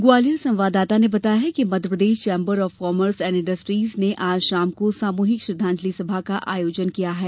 ग्वालियर संवाददाता ने बताया है कि Madhya Pradesh chambers of commerce and industries ने आज शाम को सामूहिक श्रद्धांजलि सभा का आयोजन किया गया है